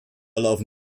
laufen